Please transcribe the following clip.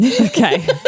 okay